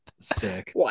Sick